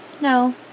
No